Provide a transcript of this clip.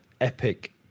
epic